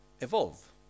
evolve